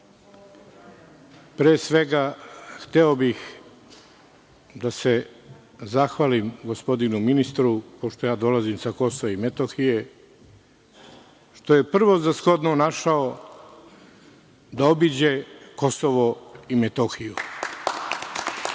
pre svega hteo bih da se zahvalim gospodinu ministru, pošto ja dolazim sa KiM, što je prvo za shodno našao da obiđe Kosovo i Metohiju. Gospodine